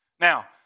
Now